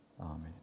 Amen